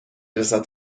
رسد